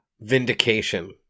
Vindication